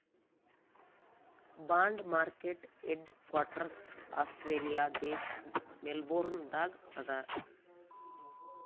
bond market headquarters Australia ದೇಶ್ Melbourne ದಾಗ್ ಅದಾ